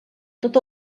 tot